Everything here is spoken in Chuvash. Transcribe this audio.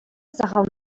сахал